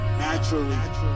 naturally